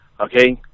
okay